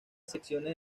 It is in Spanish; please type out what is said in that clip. secciones